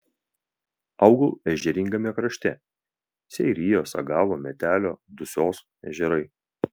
augau ežeringame krašte seirijo sagavo metelio dusios ežerai